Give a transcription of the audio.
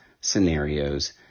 scenarios